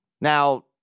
Now